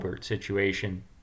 Situation